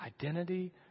identity